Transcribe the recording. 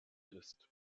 ist